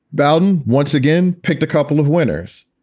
bolden once again picked a couple of winners.